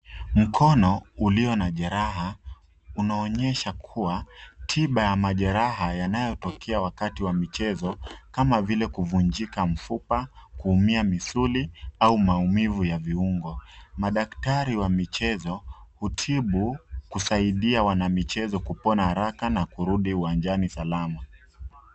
Mkono ulio na jeraha, unaonyesha kua tiba ya majeraha yanayotokea wakati wa michezo, kama vile, kuvunjika mfupa, kuumia misuli, au maumivu ya viungo. Madaktari wa michezo, hutibu kusaidia wanamichezo kupona haraka na kurudi uwanjani salama.